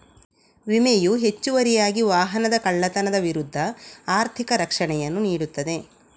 ವಿಮೆಯು ಹೆಚ್ಚುವರಿಯಾಗಿ ವಾಹನದ ಕಳ್ಳತನದ ವಿರುದ್ಧ ಆರ್ಥಿಕ ರಕ್ಷಣೆಯನ್ನು ನೀಡುತ್ತದೆ